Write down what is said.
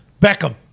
Beckham